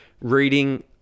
reading